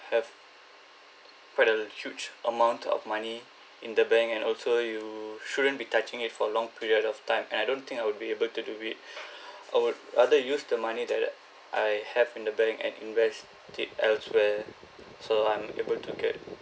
have quite a huge amount of money in the bank and also you shouldn't be touching it for a long period of time and I don't think I would be able to do it I would rather use the money that I have in the bank and invest it elsewhere so I'm able to get